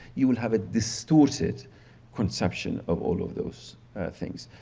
you will have a distorted conception of all of those things.